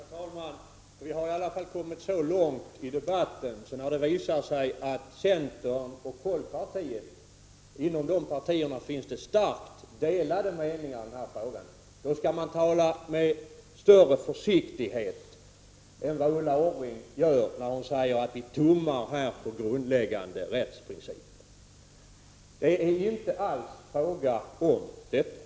Herr talman! Vi har i alla fall kommit så långt i debatten att det har visat sig att det inom centern och folkpartiet finns starkt delade meningar i den här frågan. Då skall man tala med större försiktighet än vad Ulla Orring gör när hon här säger att vi tummar på grundläggande rättsprinciper. Det är inte alls fråga om detta.